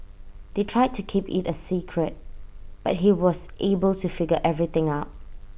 they tried to keep IT A secret but he was able to figure everything out